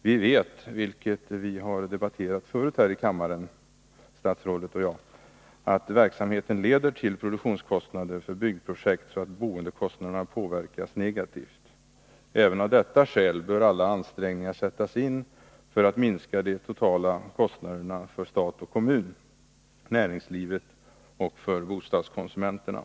Vi vet att verksamheten — det har vi debatterat förut här i kammaren — leder till produktionskostnadsökningar för byggprojekt, så att boendekostnaderna påverkas negativt. Även av detta skäl bör alla ansträngningar sättas in för att minska de totala kostnaderna för stat och kommun, näringslivet och bostadskonsumenterna.